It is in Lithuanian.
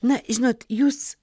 na žinot jūs